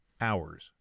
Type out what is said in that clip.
hours